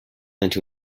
into